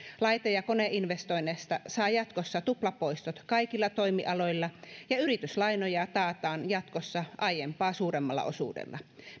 laite ja koneinvestoinneista saa jatkossa tuplapoistot kaikilla toimialoilla ja yrityslainoja taataan jatkossa aiempaa suuremmalla osuudella